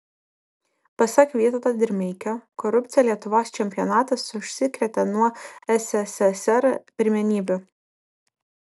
pasak vytauto dirmeikio korupcija lietuvos čempionatas užsikrėtė nuo sssr pirmenybių